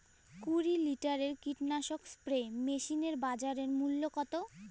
কুরি লিটারের কীটনাশক স্প্রে মেশিনের বাজার মূল্য কতো?